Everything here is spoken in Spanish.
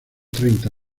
treinta